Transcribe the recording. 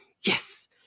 Yes